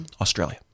Australia